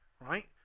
right